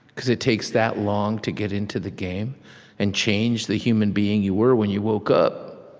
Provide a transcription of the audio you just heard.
because it takes that long to get into the game and change the human being you were when you woke up,